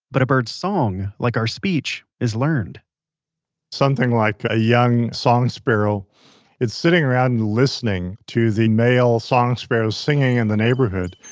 but a bird's song, like our speech, is learned something like a young song sparrow is sitting around listening to the male song sparrows singing in the neighborhood,